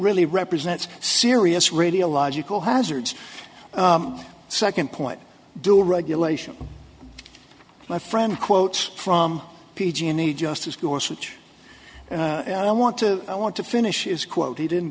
really represents serious radiological hazards second point due regulation my friend quotes from p g and e justice course which i want to i want to finish is quote he didn't